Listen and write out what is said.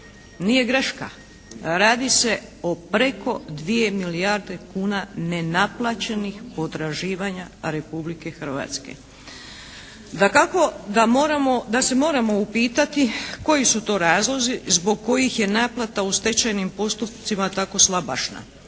Nije greška. Radi se o preko 2 milijarde kuna nenaplaćenih potraživanja Republike Hrvatske. Dakako da se moramo upitati koji su to razlozi zbog kojih je naplata u stečajnim postupcima tako slabašna,